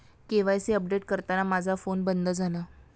KYC update करताना माझा phone बंद झाला